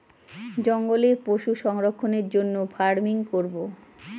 জঙ্গলে পশু সংরক্ষণের জন্য ফার্মিং করাবো